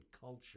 culture